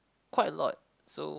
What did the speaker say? quite a lot so